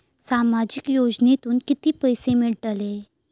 सामाजिक योजनेतून किती पैसे मिळतले?